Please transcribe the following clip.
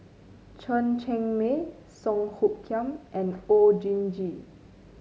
Chen Cheng Mei Song Hoot Kiam and Oon Jin Gee